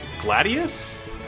Gladius